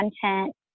content